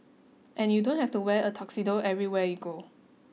and you don't have to wear a tuxedo everywhere you go